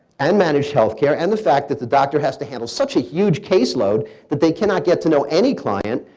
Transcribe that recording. and managed health care, and the fact that the doctor has to handle such a huge case load that they cannot get to know any client.